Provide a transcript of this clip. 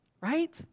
right